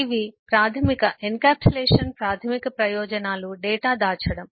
ఇవి ప్రాథమిక ఎన్క్యాప్సులేషన్ ప్రాథమిక ప్రయోజనాలు డేటా దాచడం